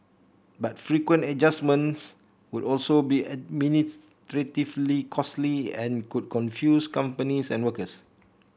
but frequent adjustments would also be administratively costly and could confuse companies and workers